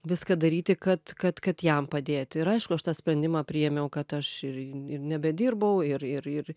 viską daryti kad kad kad jam padėti ir aišku aš tą sprendimą priėmiau kad aš ir ir nebedirbau ir ir ir